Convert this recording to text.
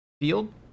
field